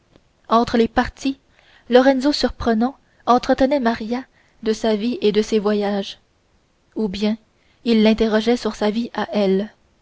entre les parties lorenzo surprenant entretenait maria de sa vie et de ses voyages ou bien il l'interrogeait sur sa vie à elle